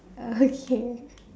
okay